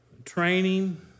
Training